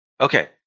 Okay